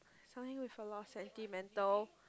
something with a lot of sentimental